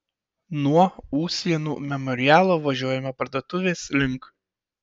nuo usėnų memorialo važiuojame parduotuvės link